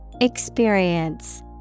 Experience